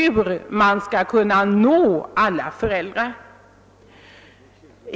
Frågan är också hur man skall kunna nå alla föräldrar.